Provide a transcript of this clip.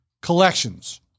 Collections